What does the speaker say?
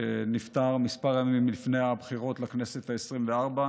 שנפטר כמה ימים לפני הבחירות לכנסת העשרים-וארבע.